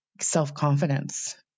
self-confidence